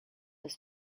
was